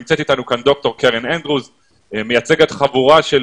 נמצאת אתנו כאן דוקטור קרן אנדרוס,